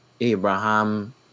Abraham